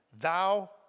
Thou